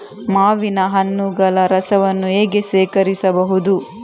ಮಾವಿನ ಹಣ್ಣುಗಳ ರಸವನ್ನು ಹೇಗೆ ಶೇಖರಿಸಬಹುದು?